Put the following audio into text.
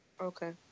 Okay